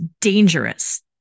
dangerous